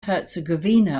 herzegovina